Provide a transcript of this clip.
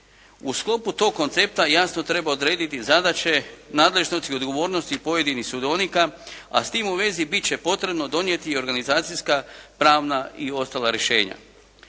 U sklopu tog koncepta jasno treba odrediti zadaće, nadležnosti i odgovornosti pojedinih sudionika a s tim u vezi bit će potrebno donijeti i organizacijska pravna i ostala rješenja.